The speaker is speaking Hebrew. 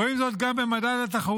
רואים זאת גם במדד התחרותיות,